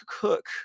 Cook